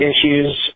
Issues